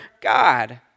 God